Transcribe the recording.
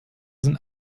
sind